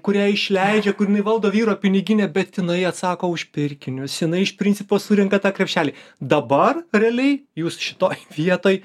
kurią išleidžia kur jinai valdo vyro piniginę bet jinai atsako už pirkinius jinai iš principo surenka tą krepšelį dabar realiai jūs šitoj vietoj